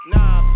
Nah